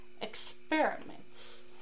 experiments